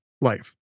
life